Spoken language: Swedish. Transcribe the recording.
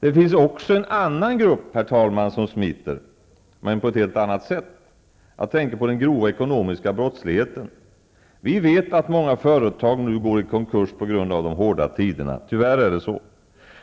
Det finns också en annan grupp, herr talman, som smiter, men på ett helt annat sätt. Jag tänker på den grova ekonomiska brottsligheten. Vi vet att många företag nu går i konkurs på grund av de hårda tiderna. Tyvärr är det så.